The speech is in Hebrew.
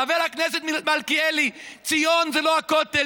חבר הכנסת מלכיאלי, ציון זה לא הכותל.